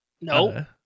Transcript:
no